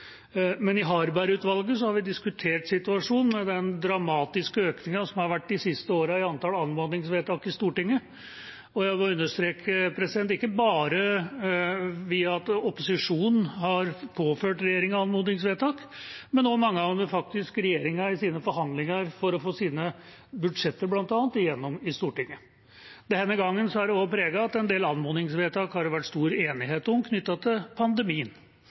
men i Harberg-utvalget har vi diskutert situasjonen med den dramatiske økningen som har vært de siste årene i antallet anmodningsvedtak i Stortinget. Jeg må understreke at det ikke bare er opposisjonen som har påført regjeringa anmodningsvedtak, men det er også mange fra regjeringa og deres forhandlinger, bl.a. for at de skal få sine budsjetter igjennom i Stortinget. Denne gangen er det også preget av at det har vært stor enighet om en del anmodningsvedtak knyttet til pandemien